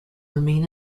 remain